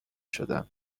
شدم